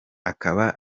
akaba